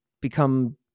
become